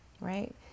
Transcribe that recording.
right